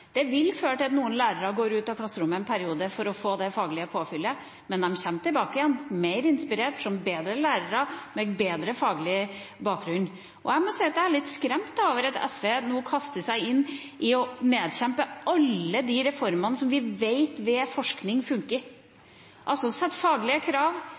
Det vil føre til at noen lærere går ut av klasserommet en periode for å få det faglige påfyllet, men de kommer tilbake igjen mer inspirert, som bedre lærere og med bedre faglig bakgrunn. Jeg må si at jeg er litt skremt over at SV nå kaster seg inn i å nedkjempe alle de reformer som vi vet ved forskning funker – å sette faglige krav,